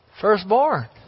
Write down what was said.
Firstborn